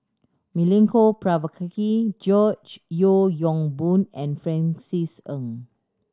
Milenko Prvacki George Yeo Yong Boon and Francis Ng